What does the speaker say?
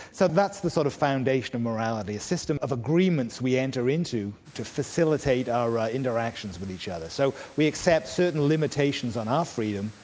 so that's the sort of foundation of morality, a system of agreements we enter into to facilitate our interactions with each other. so we accept certain limitations on our freedom,